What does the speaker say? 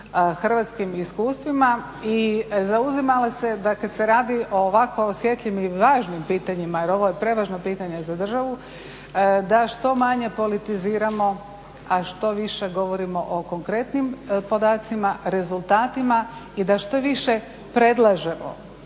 hrvatskim iskustvima i zauzimala se da kada se radi o ovako osjetljivim i važnim pitanjima, jer ovo je prevažno pitanje za državu, da što manje politiziramo, a što više govorimo o konkretnim podacima, rezultatima i da što više predlažemo